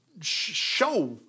show